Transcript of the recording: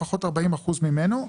לפחות 40% ממנו,